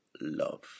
love